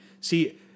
See